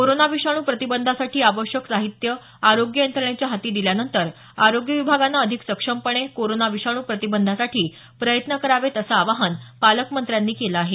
corona विषाणू प्रतिबंधासाठी आवश्यक साहित्य आरोग्य यंत्रणेच्या हाती दिल्यानंतर आरोग्य विभागानं अधिक सक्षमपणे कोरोना विषाणू प्रतिबंधासाठी प्रयत्न करावेत असं आवाहन पालकमंत्र्यांनी केलं आहे